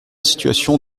situation